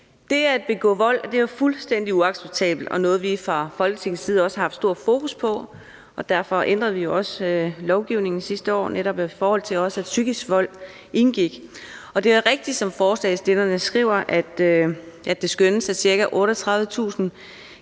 Det at begå vold er jo fuldstændig uacceptabelt og noget, vi fra Folketingets side også har haft stort fokus på. Derfor ændrede vi også lovgivningen sidste år, netop i forhold til at psykisk vold også indgår. Det er da rigtigt, som forslagsstillerne skriver, at det skønnes, at ca. 38.000